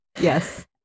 Yes